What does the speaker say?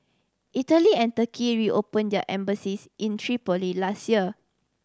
Italy and Turkey reopen their embassies in Tripoli last year